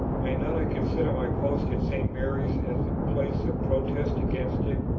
may not i consider my post at st. mary's as a place of protest against it?